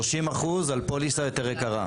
30% על פוליסה יותר יקרה?